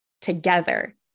together